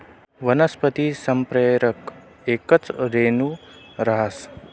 वनस्पती संप्रेरक येकच रेणू रहास